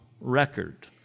record